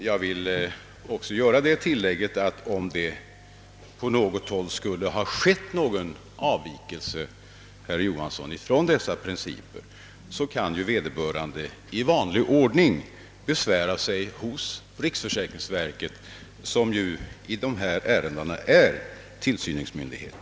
Jag vill också göra det tillägget, att om det på något håll skulle ha gjorts någon avvikelse från dessa principer, så kan ju vederbörande i vanlig ordning besvära sig hos riksförsäkringsverket, som när det gäller dessa ärenden är tillsynsmyndighet.